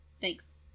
Thanks